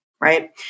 right